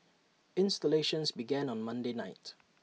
installations began on Monday night